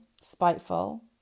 spiteful